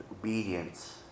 obedience